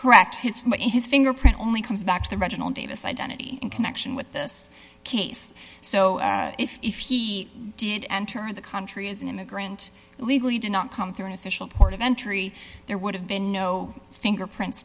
correct his his fingerprint only comes back to the original davis identity in connection with this case so if he did enter the country as an immigrant legally did not come through an official port of entry there would have been no fingerprints